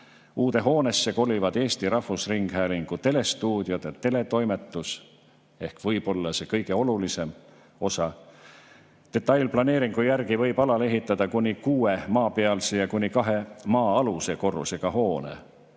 Uude hoonesse kolivad Eesti Rahvusringhäälingu telestuudiod ja teletoimetus ehk võib-olla see kõige olulisem osa. Detailplaneeringu järgi võib alale ehitada kuni kuue maapealse ja kuni kahe maa-aluse korrusega hoone.